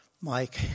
Mike